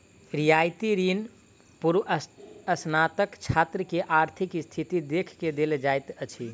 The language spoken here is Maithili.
रियायती ऋण पूर्वस्नातक छात्र के आर्थिक स्थिति देख के देल जाइत अछि